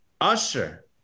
Usher